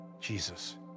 Jesus